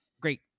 great